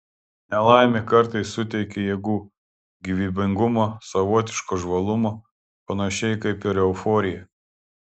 nelaimė kartais suteikia jėgų gyvybingumo savotiško žvalumo panašiai kaip ir euforija